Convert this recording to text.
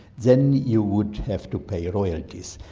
then you would have to pay royalties.